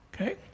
Okay